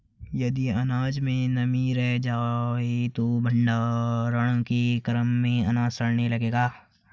यदि अनाज में नमी रह जाए तो भण्डारण के क्रम में अनाज सड़ने लगेगा